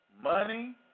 Money